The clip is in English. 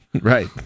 Right